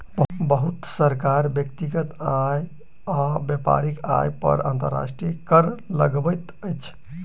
बहुत सरकार व्यक्तिगत आय आ व्यापारिक आय पर अंतर्राष्ट्रीय कर लगबैत अछि